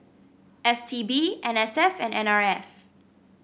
S T B N S F and N R F